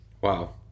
Wow